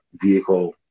vehicle